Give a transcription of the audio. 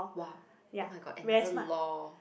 !wow! oh-my-god another law